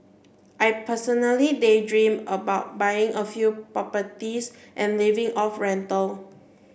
I personally daydream about buying a few properties and living off rental